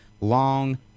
long